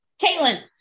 Caitlin